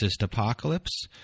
Apocalypse